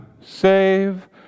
save